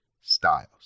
Styles